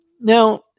Now